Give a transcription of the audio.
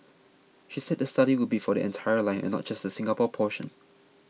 she said the study would be for the entire line and not just the Singapore portion